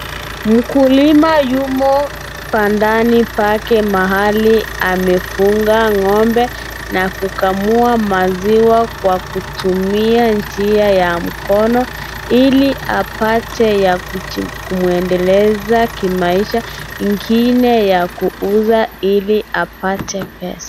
Mkulima yumo bandani pake mahali amefuga ngombe na kukamua maziwa kwa kutumia njia ya mikono ili apate ya kumuendeleza kimaisha ingine ya kuuza ili apate pesa.